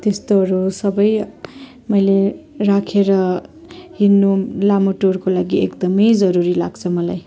त्यस्तोहरू सबै मैले राखेर हिँड्नु लामो टुरको लागि एकदमै जरुरी लाग्छ मलाई